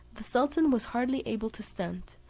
the sultan was hardly able to stand,